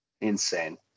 Insane